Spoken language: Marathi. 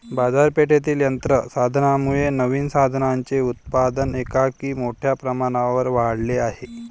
बाजारपेठेतील यंत्र साधनांमुळे नवीन साधनांचे उत्पादन एकाएकी मोठ्या प्रमाणावर वाढले आहे